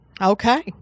Okay